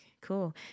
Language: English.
cool